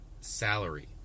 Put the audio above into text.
salary